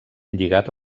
lligat